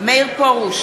מאיר פרוש,